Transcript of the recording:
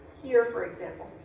here for example,